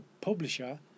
publisher